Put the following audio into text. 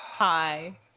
Hi